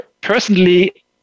personally